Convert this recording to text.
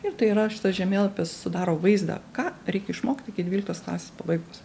ir tai yra šitas žemėlapis sudaro vaizdą ką reikia išmokt iki dvyliktos klasės pabaigos